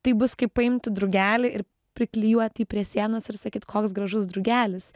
tai bus kaip paimti drugelį ir priklijuot jį prie sienos ir sakyt koks gražus drugelis